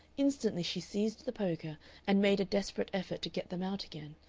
instantly she seized the poker and made a desperate effort to get them out again.